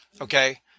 Okay